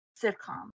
sitcom